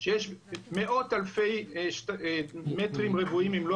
שיש מאות אלפי מטרים רבועים אם לא